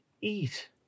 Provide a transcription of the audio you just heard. eat